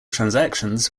transactions